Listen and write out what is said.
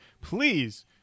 please